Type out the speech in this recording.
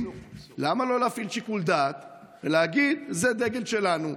למה לא להפעיל שיקול דעת ולהגיד: זה דגל שלנו,